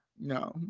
No